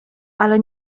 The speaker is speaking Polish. ale